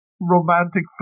romantic